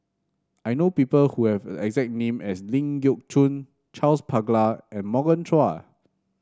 I know people who have a exact name as Ling Geok Choon Charles Paglar and Morgan Chua